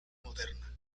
moderna